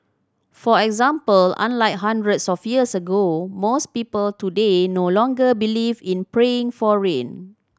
for example unlike hundreds of years ago most people today no longer believe in praying for rain